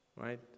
right